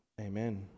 Amen